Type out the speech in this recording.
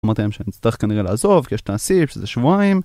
אמרתם שאני אצטרך כנראה לעזוב כי יש את הסיפ שזה שבועיים